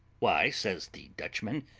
why, says the dutchman,